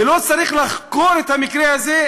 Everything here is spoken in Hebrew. ולא צריך לחקור את המקרה הזה?